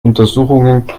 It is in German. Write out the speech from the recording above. untersuchungen